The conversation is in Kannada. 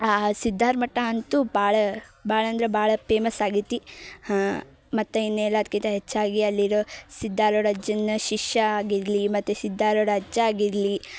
ಆ ಸಿದ್ಧಾರಮಠ ಅಂತೂ ಭಾಳ ಭಾಳ ಅಂದ್ರೆ ಭಾಳ ಪೇಮಸ್ ಆಗಿತ್ತಿ ಹಾ ಮತ್ತು ಇನ್ನು ಎಲ್ಲದ್ಕಿಂತ ಹೆಚ್ಚಾಗಿ ಅಲ್ಲಿರೋ ಸಿದ್ಧಾರೂಢಜ್ಜನ ಶಿಷ್ಯ ಆಗಿರಲಿ ಮತ್ತು ಸಿದ್ಧಾರೂಢಜ್ಜ ಆಗಿರಲಿ